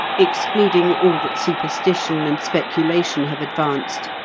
excluding all that superstition and speculation have advanced,